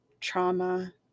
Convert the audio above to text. trauma